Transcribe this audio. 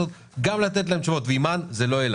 שנגעתם בהן לגבי